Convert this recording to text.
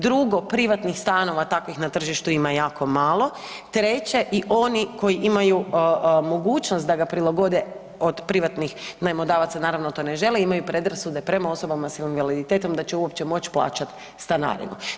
Drugo, privatnih stanova takvih na tržištu ima jako malo, treće i oni koji imaju mogućnost da ga prilagode od privatnih najmodavaca naravno to ne žele, imaju predrasude prema osobama s invaliditetom da će uopće moći plaćati stanarinu.